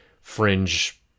fringe